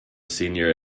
senior